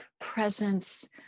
presence